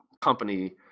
company